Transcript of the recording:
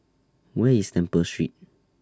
Where IS Temple Street